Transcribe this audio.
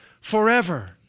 forever